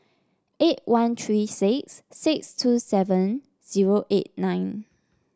eight one three six six two seven zero eight nine